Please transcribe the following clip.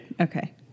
Okay